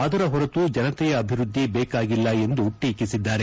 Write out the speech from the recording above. ಅದರ ಹೊರತು ಜನತೆಯ ಅಭಿವೃದ್ಧಿ ಬೇಕಾಗಿಲ್ಲ ಎಂದು ಟೀಕಿಸಿದ್ದಾರೆ